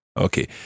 Okay